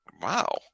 Wow